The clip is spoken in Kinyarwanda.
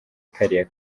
kariya